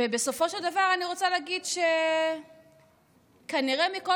ובסופו של דבר אני רוצה להגיד שכנראה מכל